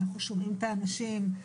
אנחנו שומעים את האנשים,